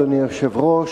אדוני היושב-ראש,